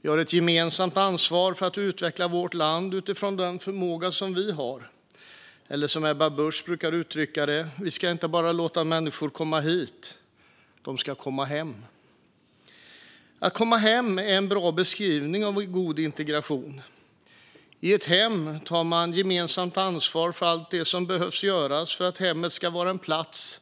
Vi har ett gemensamt ansvar för att utveckla vårt land utifrån den förmåga som vi har, eller som Ebba Busch brukar uttrycka det: Vi ska inte bara låta människor komma hit; de ska komma hem! Att komma hem är en bra beskrivning av god integration. I ett hem tar man gemensamt ansvar för allt det som behöver göras för att hemmet ska vara en plats